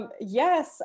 Yes